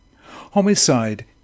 Homicide